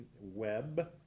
web